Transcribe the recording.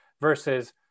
versus